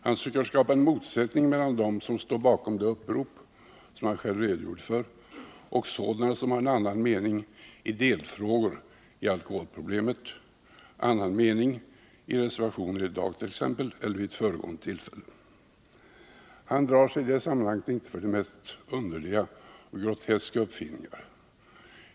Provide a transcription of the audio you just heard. Han söker skapa en motsättning mellan dem som står bakom det upprop som han själv redogjorde för och dem som har en annan mening i delfrågor när det gäller alkoholproblemet och som fört fram den meningen i reservationer i dag eller vid tidigare tillfällen. Han drar sig i det sammanhanget inte för de mest underliga och groteska uppfinningar.